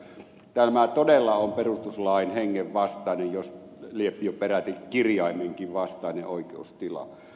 tämä todella on perustuslain hengen vastainen lie jo peräti kirjaimenkin vastainen oikeustila